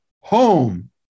home